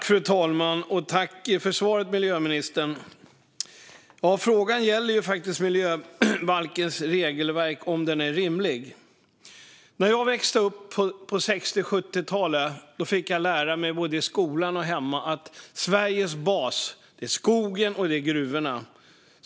Fru talman! Tack för svaret, miljöministern! Frågan gäller om miljöbalkens regelverk är rimligt. När jag växte upp på 60 och 70-talen fick jag lära mig både i skolan och hemma att Sveriges bas är skogen och gruvorna.